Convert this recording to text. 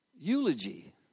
eulogy